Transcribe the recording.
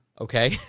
Okay